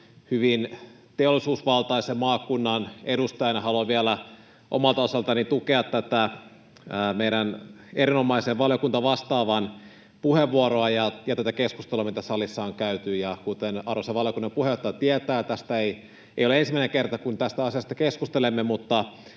hyvin teollisuusvaltaisen maakunnan edustajana haluan vielä omalta osaltani tukea tätä meidän erinomaisen valiokuntavastaavan puheenvuoroa ja tätä keskustelua, mitä salissa on käyty. Kuten arvoisa valiokunnan puheenjohtaja tietää, ei ole ensimmäinen kerta, kun tästä asiasta keskustelemme.